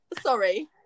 sorry